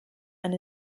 and